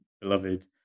beloved